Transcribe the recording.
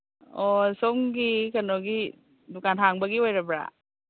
ꯑꯣ ꯁꯣꯝꯒꯤ ꯀꯩꯅꯣꯒꯤ ꯗꯨꯀꯥꯟ ꯍꯥꯡꯕꯒꯤ ꯑꯣꯏꯔꯕ꯭ꯔꯥ